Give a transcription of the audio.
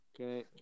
Okay